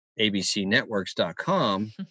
abcnetworks.com